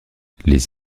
les